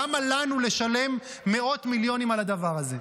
למה לנו לשלם מאות מיליונים על הדבר הזה?